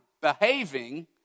behaving